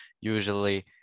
usually